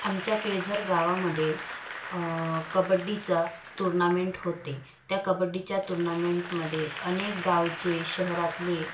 आमच्या केळझर गावामध्ये कबड्डीचा तुर्नामेंट होते त्या कबड्डीच्या तुर्नामेंटमध्ये अनेक गावचे शहरातले